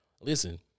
Listen